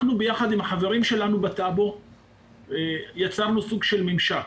יחד עם החברים שלנו בטאבו יצרנו סוג של ממשק.